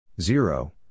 Zero